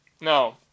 No